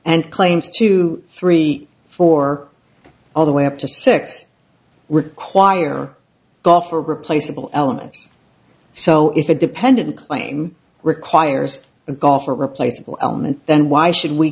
and claims two three four all the way up to six require golfer replaceable elements so if the dependent claim requires the golfer replaceable element then why should we